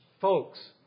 Folks